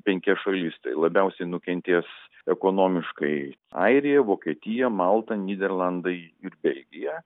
penkias šalis tai labiausiai nukentės ekonomiškai airija vokietija malta nyderlandai ir belgija